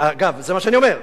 אגב, זה מה שאני אומר.